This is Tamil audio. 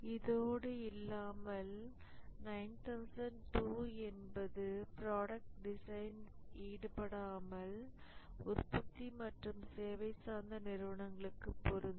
இதோடு இல்லாமல் 9002 என்பது புரோடக்ட் டிசைன்ல் ஈடுபடாமல் உற்பத்தி மற்றும் சேவை சார்ந்த நிறுவனங்களுக்கு பொருந்தும்